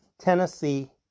Tennessee